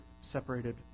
separated